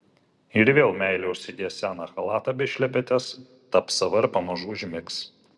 ir vėl meilė užsidės seną chalatą bei šlepetes taps sava ir pamažu užmigs